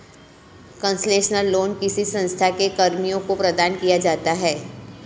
concessional loan किसी संस्था के कर्मियों को प्रदान किया जाता है